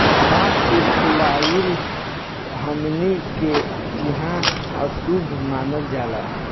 बांस के फुलाइल हमनी के इहां अशुभ मानल जाला